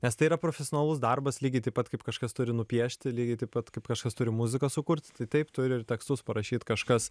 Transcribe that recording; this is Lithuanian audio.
nes tai yra profesionalus darbas lygiai taip pat kaip kažkas turi nupiešti lygiai taip pat kaip kažkas turi muziką sukurt tai taip turi ir tekstus parašyt kažkas